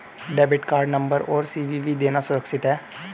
Debit card number और CVV देना सुरक्षित है?